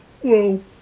Whoa